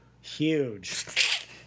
Huge